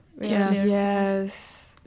yes